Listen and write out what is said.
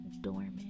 dormant